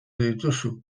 dituzu